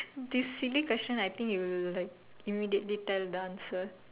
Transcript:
this silly question I think you'll like immediately tell the answer